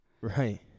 Right